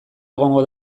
egongo